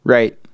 Right